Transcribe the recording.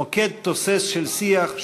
מוקד תוסס של שיח,